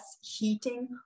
heating